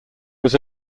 was